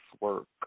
work